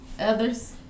Others